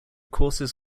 courses